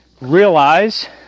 realize